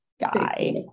guy